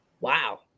wow